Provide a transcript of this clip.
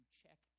check